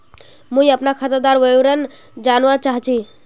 मुई अपना खातादार विवरण जानवा चाहची?